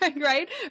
right